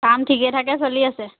কাম ঠিকে থাকে চলি আছে